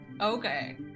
Okay